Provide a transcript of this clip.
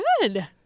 Good